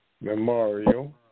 Memorial